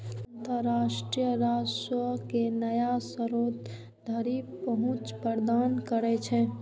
अंतरराष्ट्रीय व्यापार राजस्व के नया स्रोत धरि पहुंच प्रदान करै छै